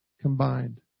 combined